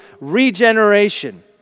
regeneration